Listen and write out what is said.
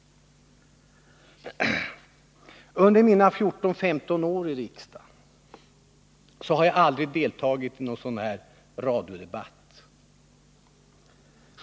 Under mina 14—15 år i riksdagen har jag aldrig deltagit i någon radiodebatt.